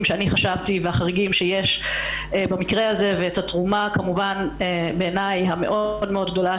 והחריגים שאני חשבתי שיש במקרה הזה וכמובן את התרומה המאוד מאוד גדולה